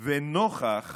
נוכח